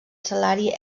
salari